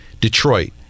Detroit